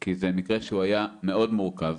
כי זה מקרה שהיה מאוד מורכב.